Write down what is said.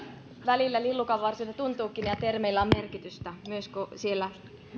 välillä lillukanvarsilta tuntuakin ja termeillä on merkitystä myös siellä